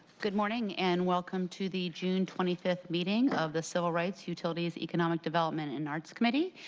good morning and welcome to the june twenty five meeting of the civil rights, utilities, economic development, and arts committee.